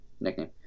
nickname